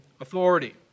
authority